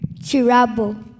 Chirabo